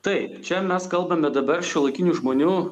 taip čia mes kalbame dabar šiuolaikinių žmonių